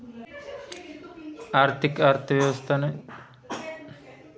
आर्थिक अर्थव्यवस्था नि चिंता व्याजदर आनी देवानघेवान दर ना वित्तीय चरेस ना आंतरसंबंधमा से